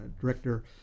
director